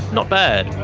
not bad!